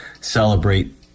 celebrate